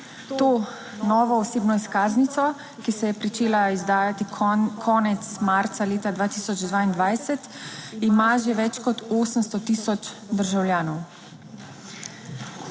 To novo osebno izkaznico, ki se je pričela izdajati konec marca leta 2022, ima že več kot 800000 državljanov.